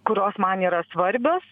kurios man yra svarbios